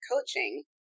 Coaching